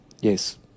Yes